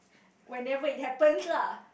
whenever it happens lah